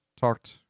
talked